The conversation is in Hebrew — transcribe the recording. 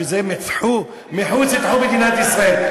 שזה מחוץ לתחום מדינת ישראל.